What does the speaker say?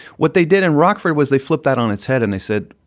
what they did in rockford was they flip that on its head and they said,